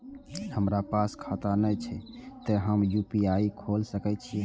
हमरा पास खाता ने छे ते हम यू.पी.आई खोल सके छिए?